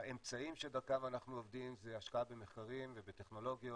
האמצעים שדרכם אנחנו עובדים זה השקעה במחקרים ובטכנולוגיות,